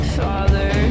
father